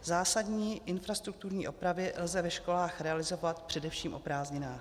Zásadní infrastrukturní opravy lze ve školách realizovat především o prázdninách.